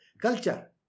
Culture